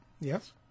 yes